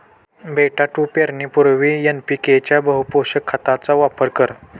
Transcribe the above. बेटा तू पेरणीपूर्वी एन.पी.के च्या बहुपोषक खताचा वापर कर